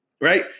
right